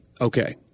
okay